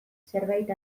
zerbait